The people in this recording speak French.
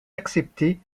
acceptés